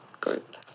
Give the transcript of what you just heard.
group